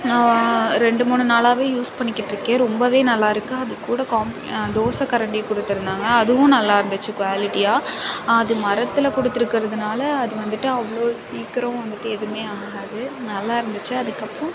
நான் ரெண்டு மூணு நாளாவே யூஸ் பண்ணிக்கிட்ருக்கேன் ரொம்பவே நல்லா இருக்குது அது கூட காம் தோசை கரண்டி கொடுத்துருந்தாங்க அதுவும் நல்லா இருந்துச்சி குவாலிட்டியாக அது மரத்தில் கொடுத்துருக்குறதுனால அது வந்துட்டு அவ்ளோ சீக்கிரம் வந்துட்டு எதுவுமே ஆகாது நல்லா இருந்துச்சு அதுக்கப்பறம்